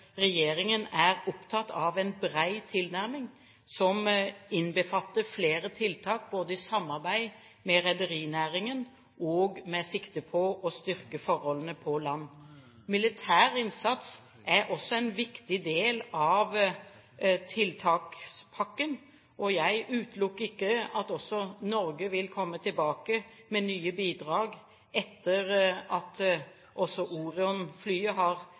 regjeringen er opptatt av en bred tilnærming, som innbefatter flere tiltak, både i samarbeid med rederinæringen og med sikte på å styrke forholdene på land. Militær innsats er også en viktig del av tiltakspakken. Jeg utelukker ikke at også Norge vil komme tilbake med nye bidrag etter at Orion-flyet har